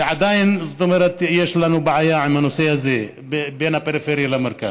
ועדיין יש לנו בעיה עם הנושא הזה בין הפריפריה למרכז.